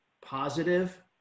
positive